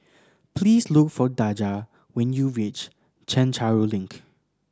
please look for Daja when you reach Chencharu Link